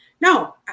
No